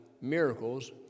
miracles